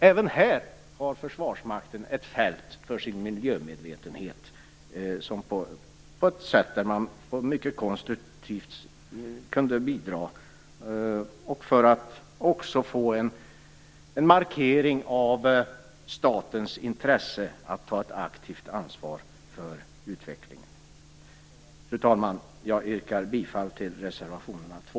Även här har Försvarsmakten ett fält för sin miljömedvetenhet där man på ett mycket konstruktivt sätt skulle kunna bidra samtidigt som man markerar statens intresse av att ta ett aktivt ansvar för utvecklingen. Fru talman! Jag yrkar bifall till reservationerna 2